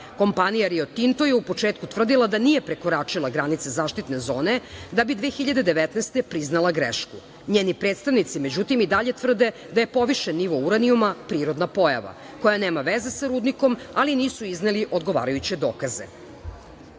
Kompanija Rio Tinto je u početku tvrdila da nije prekoračila granice zaštitne zone, da bi 2019. godine priznala grešku. Njeni predstavnici i dalje tvrde da je povišen nivo uranijuma prirodna pojava koja nema veze sa rudnikom, ali nisu izneli odgovarajuće dokaze.Rušenje